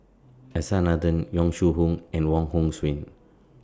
S R Nathan Yong Shu Hoong and Wong Hong Suen